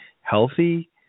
healthy